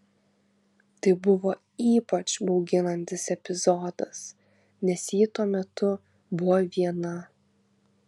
tai buvo ypač bauginantis epizodas nes ji tuo metu buvo viena